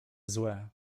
złe